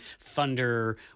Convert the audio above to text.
thunder